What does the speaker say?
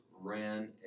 ran